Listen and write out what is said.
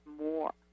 more